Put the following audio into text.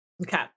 Okay